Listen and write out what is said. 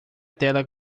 tela